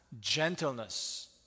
gentleness